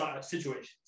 situations